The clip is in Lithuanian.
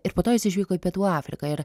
ir po to jis išvyko į pietų afriką ir